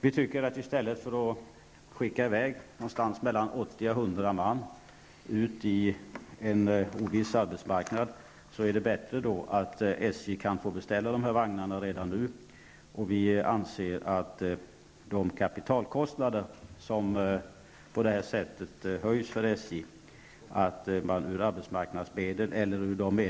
I stället för att skicka ut 80--100 man på en oviss arbetsmarknad, tycker vi att det är bättre att SJ kan få beställa dessa vagnar redan nu. På grund av tidigareläggningen av det här vagnsmaterialet får SJ ökade kapitalkostnader.